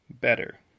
better